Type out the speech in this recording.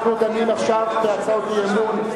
אנחנו דנים עכשיו בהצעות אי-אמון.